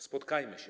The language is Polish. Spotkajmy się.